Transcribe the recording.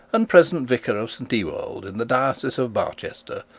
and present vicar of st ewold, in the diocese of barchester,